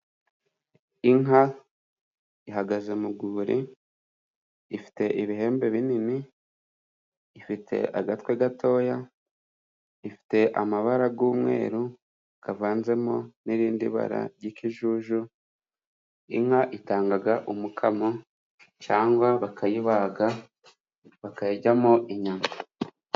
Inka ihagaze mu rwuri ifite ibihembe binini, ifite agatwe gatoya, ifite amabara y' umweru avanzemo n'irindi bara ry'ikijuju. Inka itanga umukamo cyangwa bakayibaga bakayiryamo inyama.